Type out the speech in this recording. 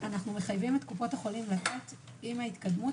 אנו מחייבים את קופות החולים לתת עם ההתקדמות.